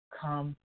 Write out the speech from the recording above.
come